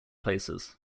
places